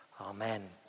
amen